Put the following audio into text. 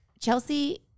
Chelsea